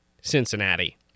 Cincinnati